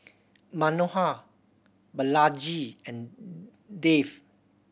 Manohar Balaji and Dev